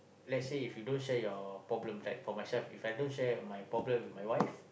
let's say if don't share your problem right for myself If I don't share my problem with my wife